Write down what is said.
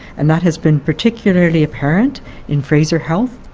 and that has been particularly apparent in fraser health,